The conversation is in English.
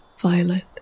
violet